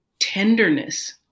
tenderness